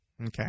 Okay